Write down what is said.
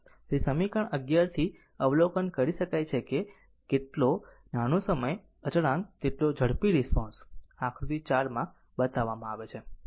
તેથી તે સમીકરણ 11 થી અવલોકન કરી શકાય છે કે જેટલો નાનો સમય અચળાંક તેટલો ઝડપી રિસ્પોન્સ આકૃતિ 4 માં બતાવવામાં આવે છે